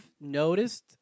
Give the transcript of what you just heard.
noticed